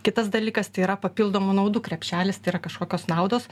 kitas dalykas tai yra papildomų naudų krepšelis tai yra kažkokios naudos